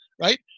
right